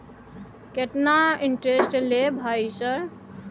केतना इंटेरेस्ट ले भाई सर?